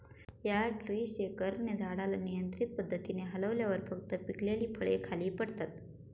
या ट्री शेकरने झाडाला नियंत्रित पद्धतीने हलवल्यावर फक्त पिकलेली फळे खाली पडतात